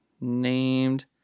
named